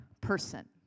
person